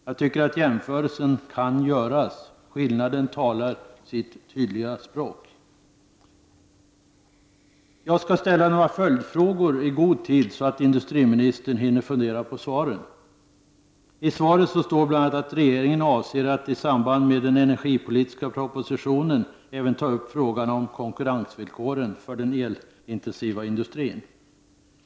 Jag tycker att jämförelsen kan göras. Skillnaden talar sitt tydliga språk. Jag skall ställa några följdfrågor i god tid så att industriministern hinner fundera på svaren. I industriministerns svar står bl.a. att regeringen avser att i samband med den energipolitiska propositionen även ta upp frågan om konkurrensvillkoren för den elintensiva industrin.